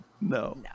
No